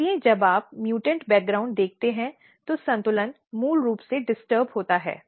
इसलिए जब आप म्यूटॅन्ट पृष्ठभूमि रखते हैं तो संतुलन मूल रूप से डिस्टर्ब होता है